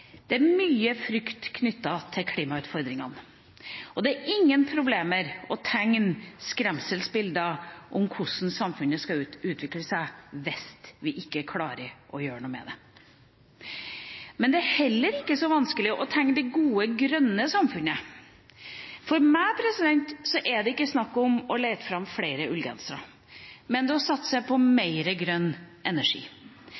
Det er mye frykt knyttet til klimautfordringene. Og det er ingen problemer å tegne skremselsbilder av hvordan samfunnet vil utvikle seg hvis vi ikke klarer å gjøre noe med det. Men det er heller ikke så vanskelig å tegne bilder av det gode, grønne samfunnet. For meg er det ikke snakk om å lete fram flere ullgensere, det er å satse på